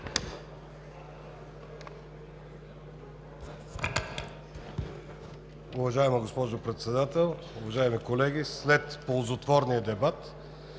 Уважаема госпожо Председател, уважаеми колеги! След ползотворния дебат,